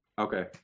Okay